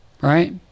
Right